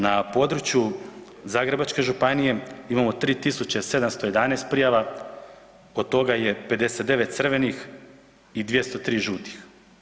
Na području Zagrebačke županije imamo 3 711 prijava, od toga je 59 crvenih i 203 žutih.